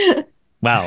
Wow